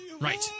Right